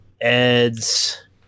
Ed's